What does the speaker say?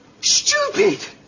Stupid